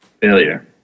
failure